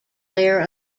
player